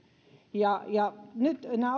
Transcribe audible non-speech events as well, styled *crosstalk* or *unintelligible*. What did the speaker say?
ja ja nyt kun nämä *unintelligible*